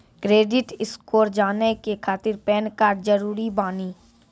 Credit score जाने के खातिर पैन कार्ड जरूरी बानी?